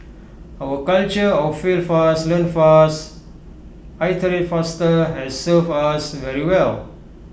our culture of 'fail fast learn fast iterate faster' has served us very well